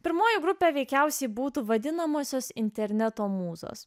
pirmoji grupė veikiausiai būtų vadinamosios interneto mūzos